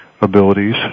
abilities